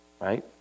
right